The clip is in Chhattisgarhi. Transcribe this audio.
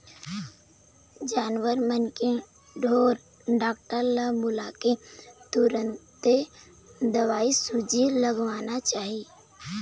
जानवर मन के ढोर डॉक्टर ल बुलाके तुरते दवईसूजी लगवाना चाही